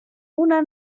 una